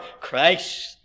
Christ